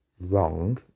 wrong